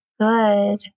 good